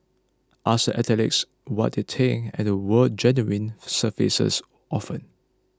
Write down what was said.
ask the athletes what they think and the word genuine surfaces often